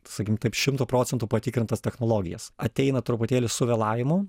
sakykim taip šimtu procentų patikrintas technologijas ateina truputėlį su vėlavimu